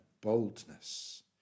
boldness